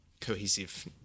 cohesive